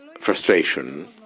frustration